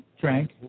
drank